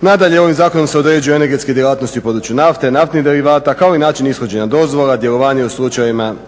Nadalje ovim zakonom se određuju energetske djelatnosti u području nafte i naftnih derivata kao i način ishođenja dozvola, djelovanje u slučajevima